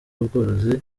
n’ubworozi